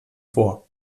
vor